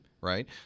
right